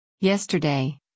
Yesterday